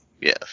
Yes